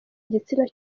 igitsina